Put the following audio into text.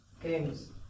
games